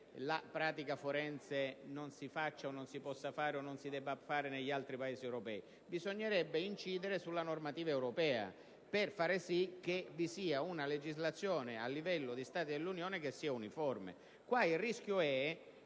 la pratica forense non si faccia o non si possa fare o non si debba fare negli altri Paesi europei. Bisognerebbe, infatti, incidere sulla normativa europea per far sì che vi sia una legislazione uniforme a livello comunitario.